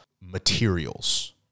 materials